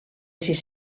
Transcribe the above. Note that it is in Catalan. sis